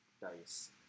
dice